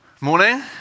Morning